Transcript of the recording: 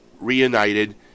reunited